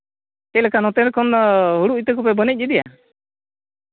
ᱪᱮᱫ ᱞᱮᱠᱟ ᱱᱚᱛᱮ ᱠᱷᱚᱱ ᱦᱩᱲᱩ ᱤᱛᱟᱹ ᱠᱚᱯᱮ ᱵᱟᱹᱱᱤᱡᱽ ᱤᱫᱤᱭᱟ